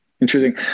Interesting